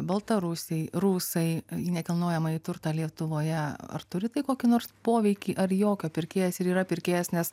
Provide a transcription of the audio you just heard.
baltarusiai rusai į nekilnojamąjį turtą lietuvoje ar turi tai kokį nors poveikį ar jokio pirkėjas ir yra pirkėjas nes